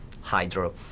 hydro